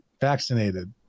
vaccinated